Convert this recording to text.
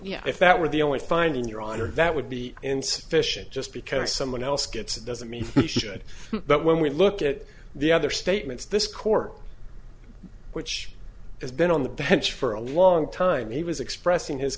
yeah if that were the only finding your honor that would be insufficient just because someone else gets it doesn't mean they should but when we look at the other statements this court which has been on the bench for a long time he was expressing his